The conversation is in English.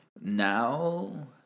Now